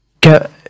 get